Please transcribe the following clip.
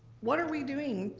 what are we doing?